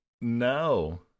No